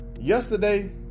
Yesterday